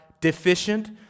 deficient